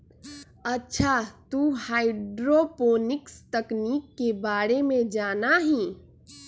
अच्छा तू हाईड्रोपोनिक्स तकनीक के बारे में जाना हीं?